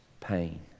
pain